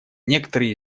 некоторые